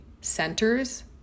centers